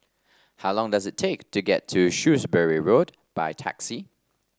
how long does it take to get to Shrewsbury Road by taxi